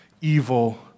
evil